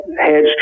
hedge